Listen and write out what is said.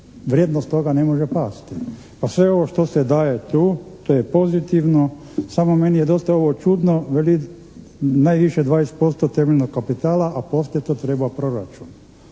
vrijednost toga ne može pasti pa sve ovo što se daje tu to je pozitivno, samo meni je dosta ovo čudno, veli najviše 20% temeljnog kapitala, a …/Govornik se ne razumije./…